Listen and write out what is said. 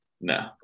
no